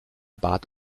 bat